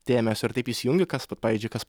dėmesio ir taip įsijungi kas va pavyzdžiui kas